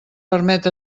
permet